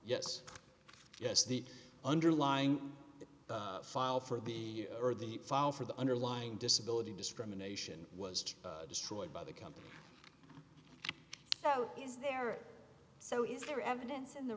yes yes the underlying file for the or the file for the underlying disability discrimination was destroyed by the company so is there so is there evidence in the